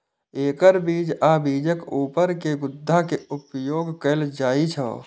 एकर बीज आ बीजक ऊपर के गुद्दा के उपयोग कैल जाइ छै